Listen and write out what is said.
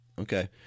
Okay